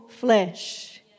flesh